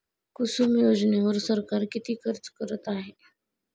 कुसुम योजनेवर सरकार किती खर्च करत आहे?